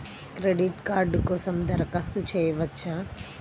Credit card కోసం దరఖాస్తు చేయవచ్చా?